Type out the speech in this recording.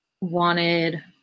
wanted